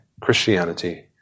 Christianity